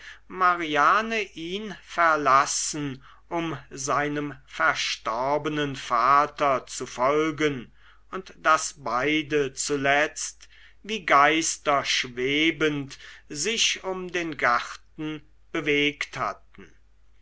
mariane ihn verlassen um seinem verstorbenen vater zu folgen und daß beide zuletzt wie geister schwebend sich um den garten bewegt hatten